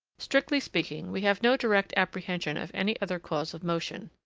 strictly speaking, we have no direct apprehension of any other cause of motion.